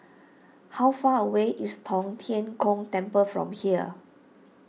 how far away is Tong Tien Kung Temple from here